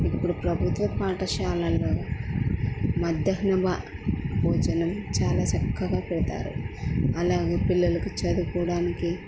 ఇప్పుడు ప్రభుత్వ పాఠశాలల్లో మధ్యాహ్న భోజనం చాలా చక్కగా పెడతారు అలాగే పిల్లలకు చదువుకోవడానికి